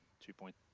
two-point